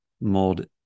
mold